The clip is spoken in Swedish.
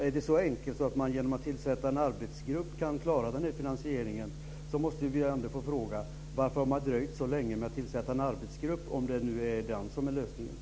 Är det så enkelt att man genom att tillsätta en arbetsgrupp kan klara finansieringen måste vi ändå få fråga: Varför har man dröjt så länge med att tillsätta en arbetsgrupp, om det är den som är lösningen?